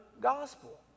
gospel